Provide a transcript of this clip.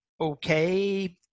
Okay